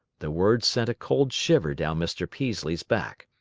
the words sent a cold shiver down mr. peaslee's back.